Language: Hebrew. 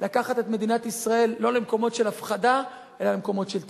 לקחת את מדינת ישראל לא למקומות של הפחדה אלא למקומות של תקווה.